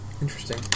Interesting